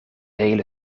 hele